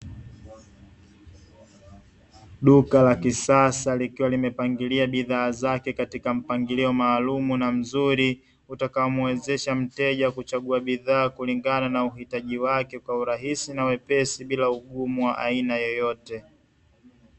Duka la kisasa likiwa limepangilia bidhaa zake katika mpangilio maalumu na mzuri; utakaomuwezesha mteja kuchagua bidhaa kulingana na uhitaji wake kwa urahisi na wepesi, bila ugumu wa aina yoyote.